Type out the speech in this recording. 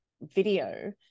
video